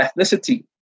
ethnicity